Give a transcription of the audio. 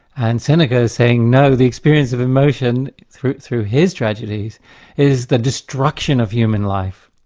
and seneca is saying, no, the experience of emotion through through his tragedies, is the destruction of human life.